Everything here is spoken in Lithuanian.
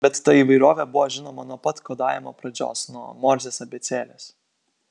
bet ta įvairovė buvo žinoma nuo pat kodavimo pradžios nuo morzės abėcėlės